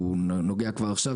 שנוגע כבר עכשיו,